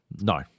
no